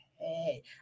Hey